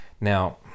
now